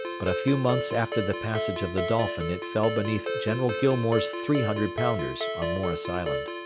but a few months after the passage of the dolphin it fell beneath general gillmore's three hundred-pounders on morris island.